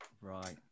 Right